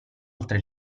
oltre